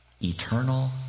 Eternal